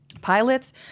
pilots